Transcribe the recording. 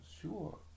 sure